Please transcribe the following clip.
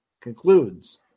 concludes